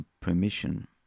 permission